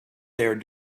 there